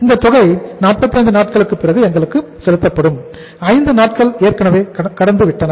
இந்த தொகை 45 நாட்களுக்கு பிறகு எங்களுக்கு செலுத்தப்படும் 5 நாட்கள் ஏற்கனவே கடந்துவிட்டன